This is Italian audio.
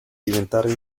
diventare